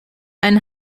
einen